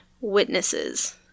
witnesses